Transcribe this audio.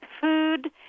food